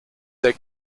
der